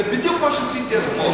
זה בדיוק מה שעשיתי אתמול.